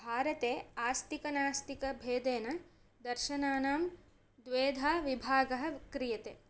भारते आस्तिकनास्तिकभेदेन दर्शनानां द्वेधा विभागः क्रियते